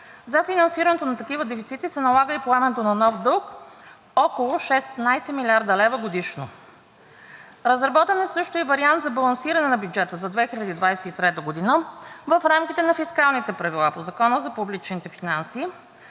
За финансирането на такива дефицити се налага и поемането на нов дълг – около 16 млрд. лв. годишно. Разработен е също и вариант за балансиране на бюджета за 2023 г. в рамките на фискалните правила по Закона за публичните финанси.